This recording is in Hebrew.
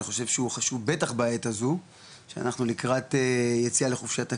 אני חושב שהוא חשוב בטח בעת הזו שאנחנו לקראת יציאה לחופשת הקיץ.